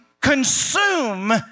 consume